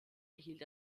erhielt